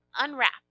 unwrap